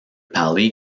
pali